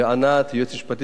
היועצת המשפטית של ועדת הכספים,